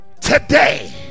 today